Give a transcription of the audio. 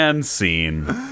scene